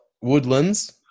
Woodlands